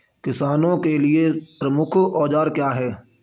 किसानों के लिए प्रमुख औजार क्या हैं?